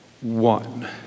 one